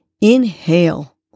Inhale